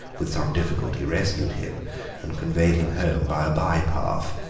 with some difficulty, rescued him and conveyed him home by a bye path.